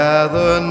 Gather